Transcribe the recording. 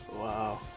Wow